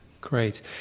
Great